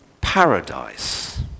paradise